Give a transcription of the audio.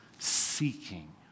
seeking